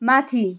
माथि